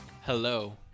Hello